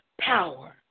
power